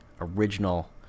original